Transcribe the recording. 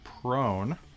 prone